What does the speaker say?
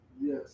Yes